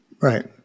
Right